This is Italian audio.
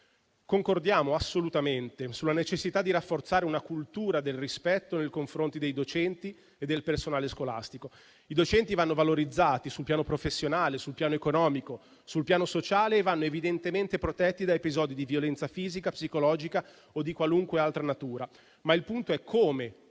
Concordiamo assolutamente sulla necessità di rafforzare una cultura del rispetto nei confronti dei docenti e del personale scolastico. I docenti vanno valorizzati sul piano professionale, economico e sociale e vanno evidentemente protetti da episodi di violenza fisica, psicologica o di qualunque altra natura. Tuttavia, il punto è come